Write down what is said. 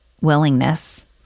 willingness